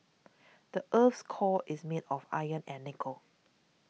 the earth's core is made of iron and nickel